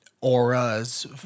auras